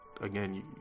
again